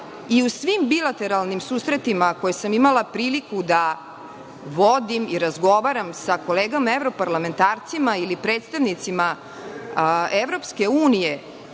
U svim bilateralnim susretima koje sam imala priliku da vodim i razgovaram sa kolegama evroparlamentarcima ili predstavnicima EU,